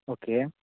okay